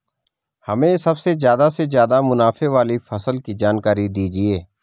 हमें सबसे ज़्यादा से ज़्यादा मुनाफे वाली फसल की जानकारी दीजिए